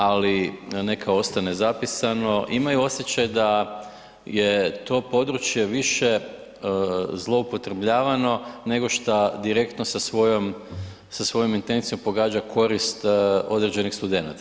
Ali, neka ostane zapisano, imaju osjećaj da je to područje više zloupotrebljavano nego što direktno sa svojom intencijom pogađa korist određenih studenata.